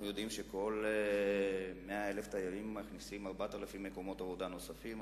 אנחנו יודעים שכל 100,000 תיירים מכניסים 4,000 מקומות עבודה נוספים.